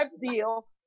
deal